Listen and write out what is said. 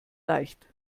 leicht